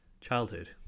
Childhood